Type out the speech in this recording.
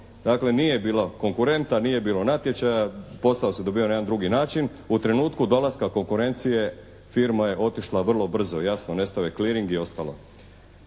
dakle nije bilo konkurenta, nije bilo natječaja. Posao se dobivao na jedan drugi način. U trenutku dolaska konkurencije firma je otišla vrlo brzo. Jasno nestao je kliring i ostalo.